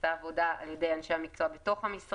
נעשתה עבודה על ידי אנשי המקצוע במשרד